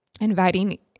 Inviting